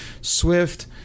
Swift